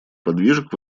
подвижек